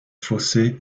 fossé